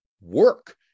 work